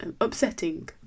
upsetting